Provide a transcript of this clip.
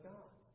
God